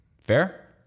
Fair